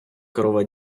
корова